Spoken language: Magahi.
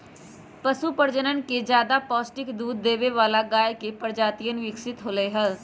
पशु प्रजनन से ज्यादा पौष्टिक दूध देवे वाला गाय के प्रजातियन विकसित होलय है